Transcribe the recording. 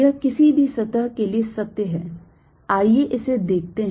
यह किसी भी सतह के लिए सत्य है आइए इसे देखते हैं